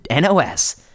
NOS